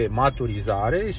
maturizare